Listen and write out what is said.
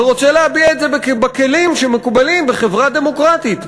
ורוצה להביע את זה בכלים שמקובלים בחברה דמוקרטית,